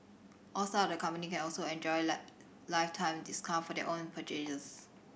all staff of the company can also enjoy lifetime discount for their own purchases